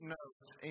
notes